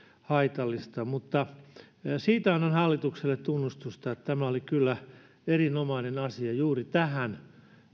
haitallista siitä annan hallitukselle tunnustusta että tämä oli kyllä erinomainen asia juuri tähän